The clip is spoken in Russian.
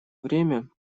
время